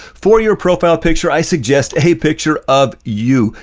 for your profile picture, i suggest a picture of you,